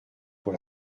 pour